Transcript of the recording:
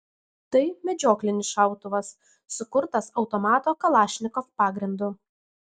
tai medžioklinis šautuvas sukurtas automato kalašnikov pagrindu